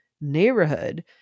neighborhood